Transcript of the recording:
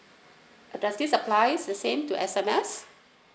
does this apply the same to S_M_S